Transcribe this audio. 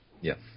Yes